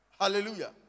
Hallelujah